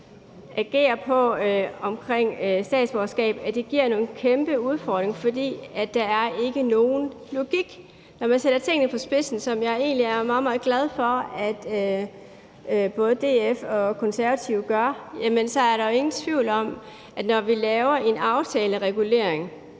agerer på med hensyn til statsborgerskab, giver nogle kæmpe udfordringer, fordi der ikke er nogen logik. Når man sætter tingene på spidsen, hvad jeg egentlig er meget, meget glad for at både DF og Konservative gør, er der jo ingen tvivl om, at når vi laver en aftaleregulering